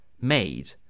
made